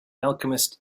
alchemist